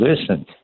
listen